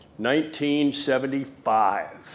1975